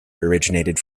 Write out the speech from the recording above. originated